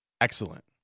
Excellent